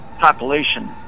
population